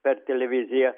per televiziją